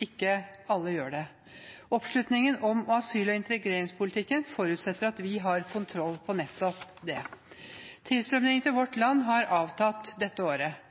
ikke alle gjør det. Oppslutningen om asyl- og integreringspolitikken forutsetter at vi har kontroll på nettopp det. Tilstrømmingen til vårt land har avtatt dette året.